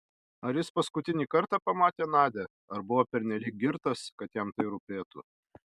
ar jis paskutinį kartą pamatė nadią ar buvo pernelyg girtas kad jam tai rūpėtų